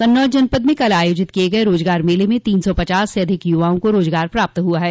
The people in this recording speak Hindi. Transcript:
कन्नौज जनपद में कल आयोजित किये गये रोजगार मेले में तीन सौ पचास से अधिक यूवाओं को रोजगार प्राप्त हुआ है